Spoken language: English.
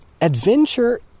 Adventure